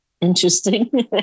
interesting